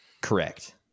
Correct